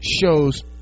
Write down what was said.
shows